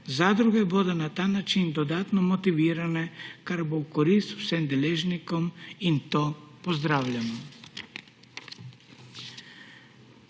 Zadruge bodo na ta način dodatno motivirane, kar bo v korist vsem deležnikom, in to pozdravljamo.